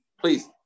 Please